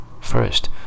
First